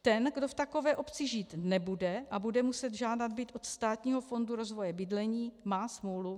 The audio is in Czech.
Ten, kdo v takové obci žít nebude a bude muset žádat byt od Státního fondu rozvoje bydlení, má smůlu.